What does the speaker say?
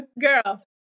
girl